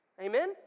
Amen